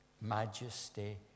majesty